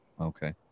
Okay